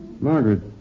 Margaret